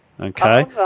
okay